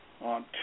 on